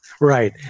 Right